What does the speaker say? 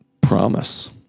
promise